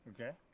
okay